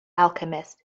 alchemist